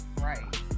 right